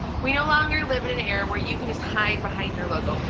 we no longer live in an era where you can just hide behind your logo.